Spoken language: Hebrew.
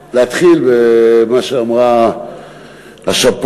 אולי להתחיל במה שאמרה חברת הכנסת מירי רגב,